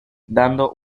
dando